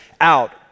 out